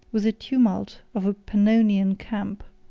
with the tumult of a pannonian camp,